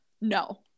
No